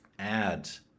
ads